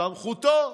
סמכותו,